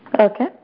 Okay